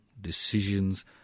decisions